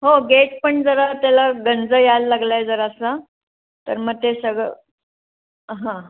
हो गेट पण जरा त्याला गंज यायला लागला आहे जरासा तर मग ते सगळं हां